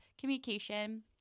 communication